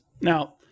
Now